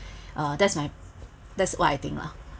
uh that's my that's what I think lah